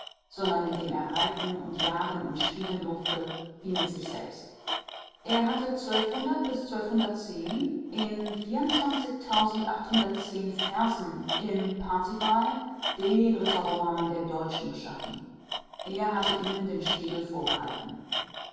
sondern mit dem er reiten und jagen und spielen durfte wie mit sich selbst er hatte in versen im parzival den ritterroman der deutschen geschaffen er hatte ihnen den spiegel vorgehalten